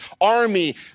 army